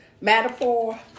Metaphor